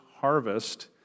harvest